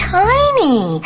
tiny